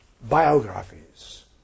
biographies